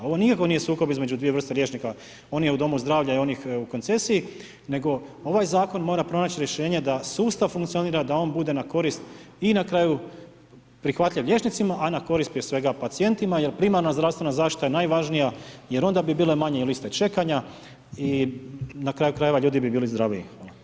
Ovo nikako nije sukob između dvije vrste liječnika, on je u domu zdravlja i onih u koncesiji, nego ovaj zakon mora pronaći rješenje da sustav funkcionira, da on bude na korist i na kraju prihvatljivi liječnicima, a na korist prije svega pacijentima, jer primarna zdravstvena zaštita je najvažnija, jer onda bi bile manje i liste čekanja i na kraju krajeva ljudi bi bili zdraviji.